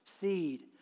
seed